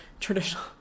traditional